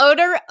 Odor